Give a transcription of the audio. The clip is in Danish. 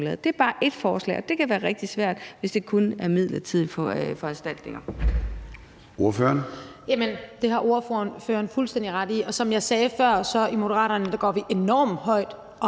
Det er bare ét forslag, og det kan være rigtig svært, hvis det kun er midlertidige foranstaltninger.